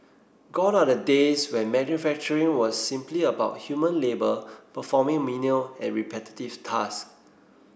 gone are the days when manufacturing was simply about human labour performing menial and repetitive task